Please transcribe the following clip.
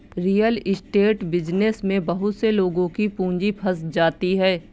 real estate business में बहुत से लोगों की पूंजी फंस जाती है